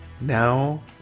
Now